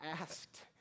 asked